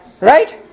Right